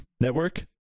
Network